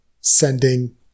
sending